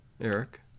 Eric